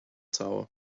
tower